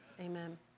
amen